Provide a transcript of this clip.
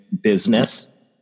business